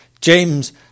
James